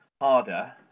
harder